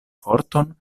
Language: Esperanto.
forton